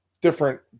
different